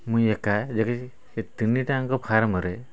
ମୁଁ ଏକା ଦେଖିଛି ସେ ତିନିଟାଯାକ ଫାର୍ମରେ